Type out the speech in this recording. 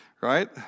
right